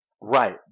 Right